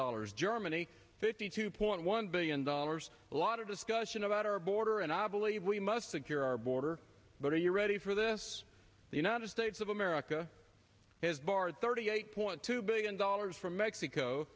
dollars germany fifty two point one billion dollars a lot of discussion about our border and i believe we must secure our border but are you ready for this the united states of america is barred thirty eight point two billion dollars from mexico